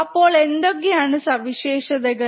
അപ്പോൾ എന്തൊക്കെയാണ് സവിശേഷതകൾ